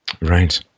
Right